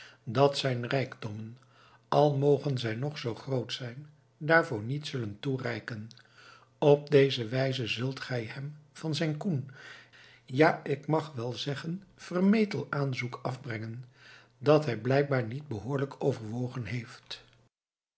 dat zijn rijkdommen al mogen zij nog zoo groot zijn daarvoor niet zullen toereiken op deze wijze zult gij hem van zijn koen ja ik mag wel zeggen vermetel aanzoek afbrengen dat hij blijkbaar niet behoorlijk overwogen heeft